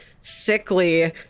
sickly